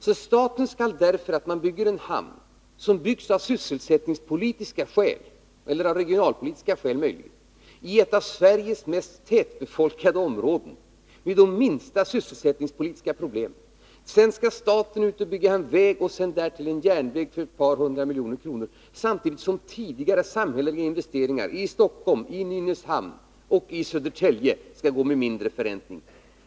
Så staten skall alltså, därför att man av sysselsättningsskäl eller möjligen av regionalpolitiska skäl bygger hamnen i ett av Sveriges mest tätbefolkade områden med de minsta sysselsättningspolitiska problemen, bygga en väg och dessutom en järnväg för ett par hundra miljoner kronor, samtidigt som tidigare samhälleliga investeringar i Stockholm, Nynäshamn och Södertälje kommer att förräntas sämre.